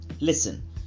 Listen